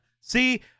See